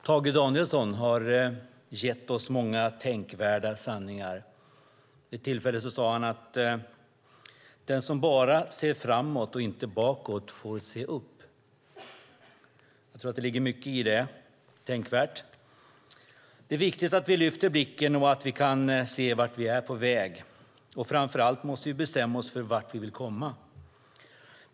Herr talman! Tage Danielsson har gett oss många tänkvärda sanningar. Vid ett tillfälle sade han: Den som bara ser framåt och inte bakåt får se upp. Jag tror att det ligger mycket i det. Det är tänkvärt. Det är viktigt att vi lyfter blicken och kan se vart vi är på väg, och framför allt måste vi bestämma oss för vart vi vill komma.